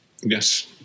Yes